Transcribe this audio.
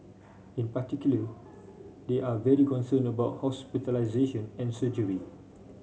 in particular they are very concerned about hospitalisation and surgery